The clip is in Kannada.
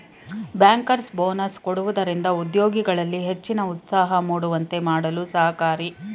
ಬ್ಯಾಂಕರ್ಸ್ ಬೋನಸ್ ಕೊಡುವುದರಿಂದ ಉದ್ಯೋಗಿಗಳಲ್ಲಿ ಹೆಚ್ಚಿನ ಉತ್ಸಾಹ ಮೂಡುವಂತೆ ಮಾಡಲು ಸಹಕಾರಿ